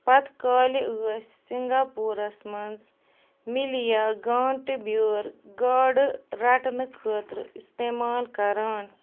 پَتہٕ کالہِ ٲسۍ سِنٛگاپوٗرس منٛز مِلیا گانٛٹہٕ بیٛٲر گاڈٕ رَٹنہٕ خٲطرٕ اِستعمال كران